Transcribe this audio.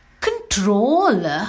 control